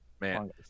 Man